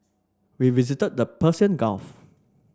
we visited the Persian Gulf